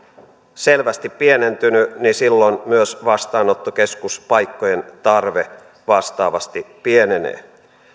selvästi pienentynyt niin silloin myös vastaanottokeskuspaikkojen tarve vastaavasti pienenee